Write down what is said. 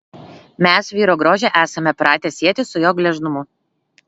mes vyro grožį esame pratę sieti su jo gležnumu